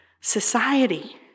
society